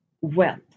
wealth